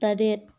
ꯇꯔꯦꯠ